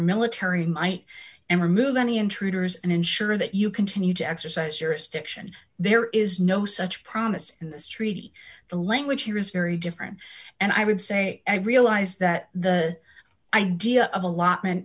military might and remove any intruders and ensure that you continue to exercise your stiction there is no such promise in this treaty the language here is very different and i would say i realize that the idea of allotment